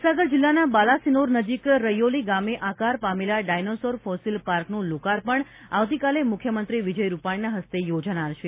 મહીસાગર જિલ્લાના બાલા સિનોર નજીક રૈયોલી ગામે આકાર પામેલા ડાયનાસોર ફોસિલ પાર્કનું લોકાર્પણ આવતીકાલે મુખ્યમંત્રી વિજય રૂપાણીના હસ્તે યોજાનાર છે